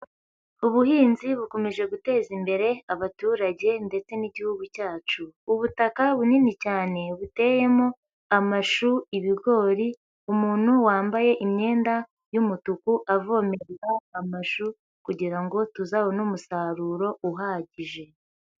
Ubuhinzi bukomeje guteza imbere abaturage ndetse n'igihugu cyacu, ubutaka bunini cyane buteyemo amashu, ibigori umuntu wambaye imyenda y'umutuku avomerera amashu kugira ngo tuzabone umusaruro uhagije.